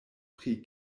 pri